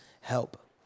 help